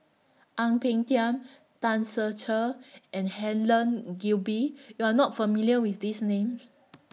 Ang Peng Tiam Tan Ser Cher and Helen Gilbey YOU Are not familiar with These Names